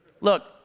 Look